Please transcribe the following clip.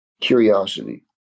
curiosity